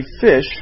fish